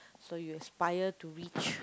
so you aspire to reach